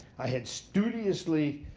i had studiously